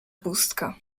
pustka